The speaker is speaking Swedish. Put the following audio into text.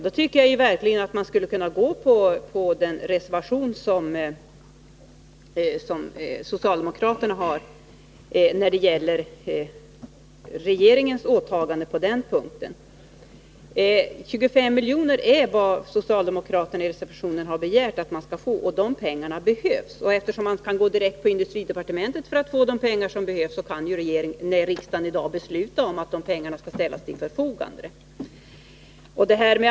Då tycker jag verkligen att ni kan stödja socialdemokraternas reservation när det gäller regeringens åtagande på den punkten. 25 miljoner är vad socialdemokraterna i reservationen har begärt att man skall få, och de pengarna behövs. Eftersom man kan gå direkt till industridepartementet för att få de pengar som behövs, kan ju riksdagen i dag också fatta beslut om att de pengarna skall ställas till förfogande.